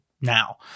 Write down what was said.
now